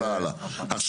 רביזיה.